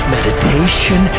meditation